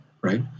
right